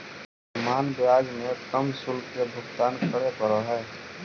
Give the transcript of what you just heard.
सामान्य ब्याज में कम शुल्क के भुगतान करे पड़ऽ हई